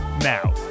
Now